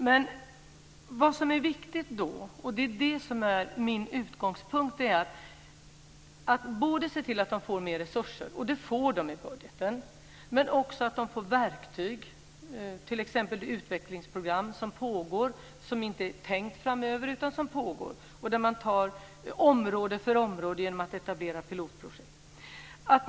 Men min utgångspunkt är att man ska se till att de får både mer resurser - och det får de i budgeten - och verktyg, t.ex. utvecklingsprogram, som pågår. Det är inte tänkt framöver, utan det pågår. Man tar område för område genom att etablera pilotprojekt.